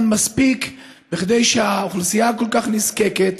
מספיק כדי שהאוכלוסייה הכל-כך נזקקת,